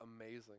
amazing